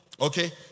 okay